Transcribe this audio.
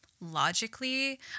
logically